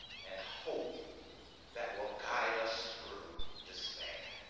and hope that will guide us through despair.